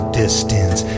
distance